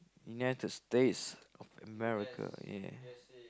United-States-of-America ya